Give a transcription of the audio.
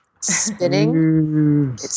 Spinning